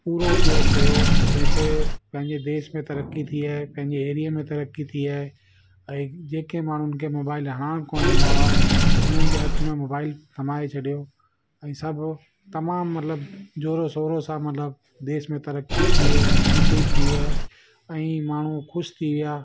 पूरो उपयोगु कयो वैसे पंहिंजे देसु में तरक़ी थी आहे पंहिंजे एरिये में तरक़ी थी आहे ऐं जेके माण्हुनि खे मोबाइल हलाइणु कोन ईंदा हुआ उन्हनि जे हथ में मोबाइल थमाए छॾियो ऐं सभु तमामु मतलबु जोरो शोरो सां मतलबु देस में तरक़ी थी आहे उन्नती बि थी आहे ऐं माण्हूं ख़ुशि थी विया